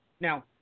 Now